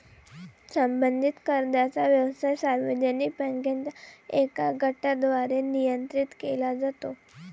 संबंधित कर्जाचा व्यवसाय सार्वजनिक बँकांच्या एका गटाद्वारे नियंत्रित केला जातो